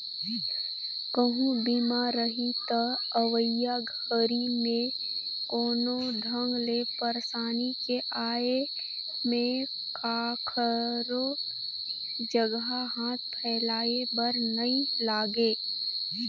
कहूँ बीमा रही त अवइया घरी मे कोनो ढंग ले परसानी के आये में काखरो जघा हाथ फइलाये बर नइ लागे